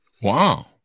Wow